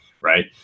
right